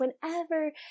Whenever